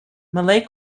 malay